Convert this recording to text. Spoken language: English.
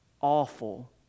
Awful